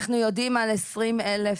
אנחנו יודעים על כעשרים-אלף,